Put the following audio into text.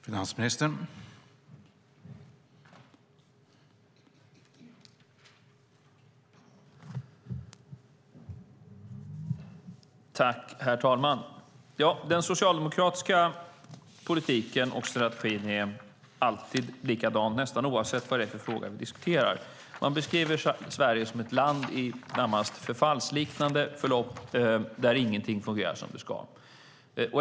Herr talman! Den socialdemokratiska politiken och strategin är alltid likadan nästan oavsett vilken fråga vi diskuterar. Man beskriver Sverige som ett land i ett närmast förfallsliknande förlopp där ingenting fungerar som det ska.